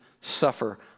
suffer